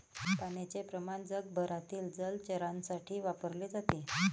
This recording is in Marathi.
पाण्याचे प्रमाण जगभरातील जलचरांसाठी वापरले जाते